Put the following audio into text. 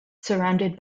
surrounded